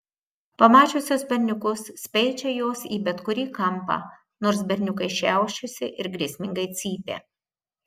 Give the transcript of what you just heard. pamačiusios berniukus speičia jos į bet kurį kampą nors berniukai šiaušiasi ir grėsmingai cypia